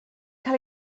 cael